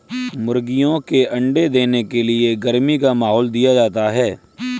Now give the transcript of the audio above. मुर्गियों के अंडे देने के लिए गर्मी का माहौल दिया जाता है